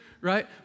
right